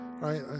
right